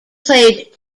played